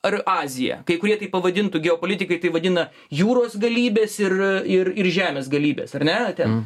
ar aziją kai kurie tai pavadintų geopolitikai tai vadina jūros galybės ir ir ir žemės galybės ar ne ten